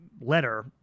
letter